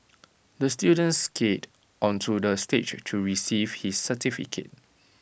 the student skated onto the stage to receive his certificate